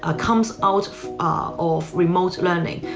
ah comes out ah of remote learning?